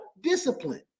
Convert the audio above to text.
discipline